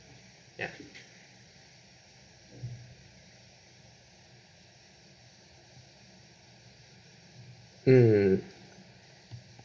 ya mm